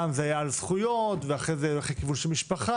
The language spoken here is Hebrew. פעם זה היה על זכויות ואחר כך זה הלך לכיוון של הקמת משפחה